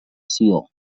sió